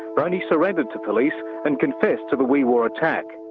boney surrendered to police and confessed to the wee waa attack.